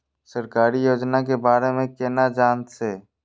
सरकारी योजना के बारे में केना जान से?